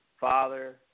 father